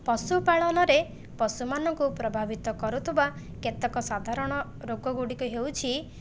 ପଶୁ ପାଳନରେ ପଶୁମାନଙ୍କୁ ପ୍ରଭାବିତ କରୁଥିବା କେତେକ ସାଧାରଣ ରୋଗ ଗୁଡ଼ିକ ହେଉଛି